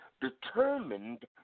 determined